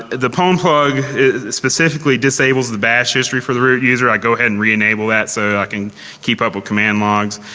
the pwn um plug specifically disables the batch history for the root user. i go ahead and re-enable that so i can keep up with command logs.